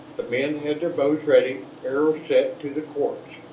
the men had their bows ready, arrows set to the cords.